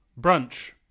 Brunch